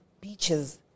beaches